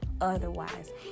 Otherwise